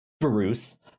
Bruce